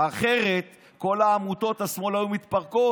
אחרת כל עמותות השמאל היו מתפרקות.